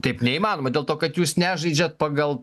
taip neįmanoma dėl to kad jūs nežaidžiat pagal